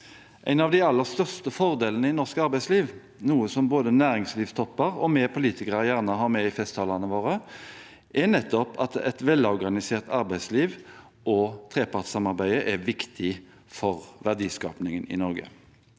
En av de aller største fordelene i norsk arbeidsliv, noe både næringslivstopper og vi politikere gjerne har med i festtalene våre, er nettopp at et velorganisert arbeidsliv og trepartssamarbeidet er viktig for verdiskapingen i Norge.